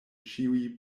ĉiuj